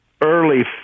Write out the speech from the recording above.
early